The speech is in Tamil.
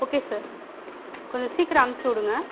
ஒகே சார் கொஞ்சம் சீக்கிரம் அனுப்பிச்சுவுடுங்க